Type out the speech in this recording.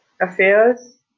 affairs